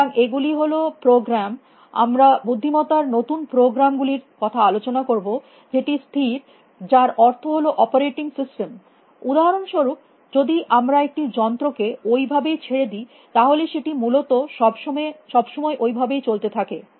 সুতরাং এগুলি হল প্রোগ্রাম আমরা বুদ্ধিমত্তার নতুন প্রোগ্রাম গুলির কথা আলোচনা করব যেটি স্থির যার অর্থ হল অপারেটিং সিস্টেম উদহারণস্বরূপ যদি আমরা একটি যন্ত্র কে ঐ ভাবেই ছেড়ে দি তাহলে সেটি মূলত সবসময় ওই ভাবেই থাকে